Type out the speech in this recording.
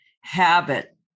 habit